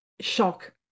shock